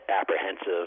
apprehensive